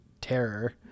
terror